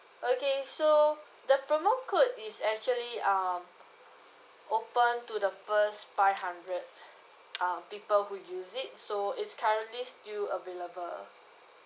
okay so the promo code is actually um open to the first five hundred uh people who use it so it's currently still available